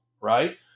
right